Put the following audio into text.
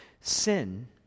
Sin